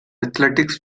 athletics